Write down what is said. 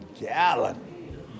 gallon